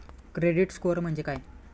Credit score म्हणजे काय?